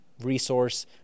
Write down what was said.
resource